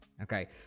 okay